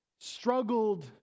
struggled